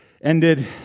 ended